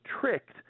tricked